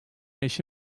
eşi